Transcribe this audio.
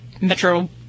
metro